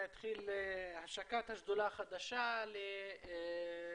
מתחילה השקת השדולה החדשה לצמצום